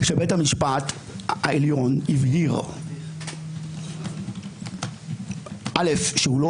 אני חושב שבית המשפט העליון הבהיר ראשית שהוא לא